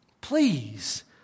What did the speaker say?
Please